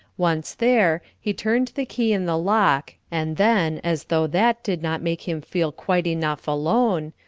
once there, he turned the key in the lock, and then, as though that did not make him feel quite enough alone,